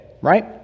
right